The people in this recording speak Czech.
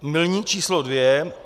Milník číslo dvě.